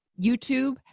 YouTube